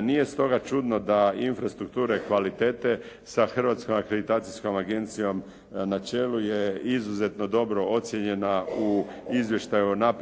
Nije stoga čudno da infrastrukture kvalitete sa Hrvatskom akreditacijskom agencijom na čelu je izuzetno dobro ocjenjena u izvještaju o napretku